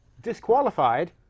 Disqualified